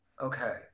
Okay